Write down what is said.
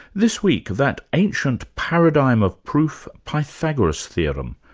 this week, that ancient paradigm of proof, pythagoras' theorem,